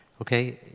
okay